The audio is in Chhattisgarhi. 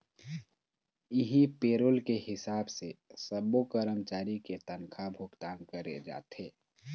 इहीं पेरोल के हिसाब से सब्बो करमचारी के तनखा भुगतान करे जाथे